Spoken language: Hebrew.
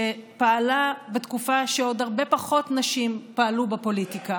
שפעלה בתקופה שבה עוד הרבה פחות נשים פעלו בפוליטיקה,